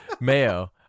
mayo